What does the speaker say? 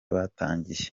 batangiye